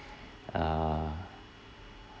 err